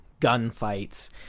gunfights